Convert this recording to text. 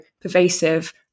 pervasive